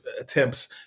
attempts